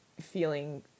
feeling